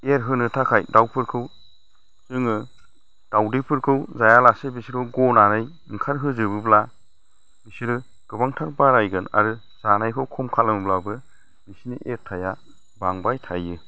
एरहोनो थाखाय दाउफोरखौ जोङो दाउदैफोरखौ जायालासे बिसोरखौ गनानै ओंखार होजोबोब्ला बिसोरो गोबांथार बारायगोन आरो जानायखौ खम खालामबाबो बिसिनि एरथाया बांबाय थायो